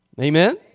Amen